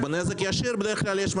בנזק ישיר יש משא ומתן בדרך כלל.